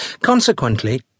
Consequently